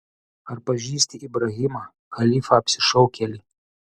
ar pažįsti ibrahimą kalifą apsišaukėlį